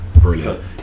Brilliant